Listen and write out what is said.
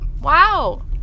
Wow